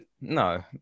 no